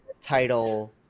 title